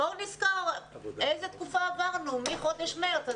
בואו נזכור איזו תקופה עברנו מחודש מרץ.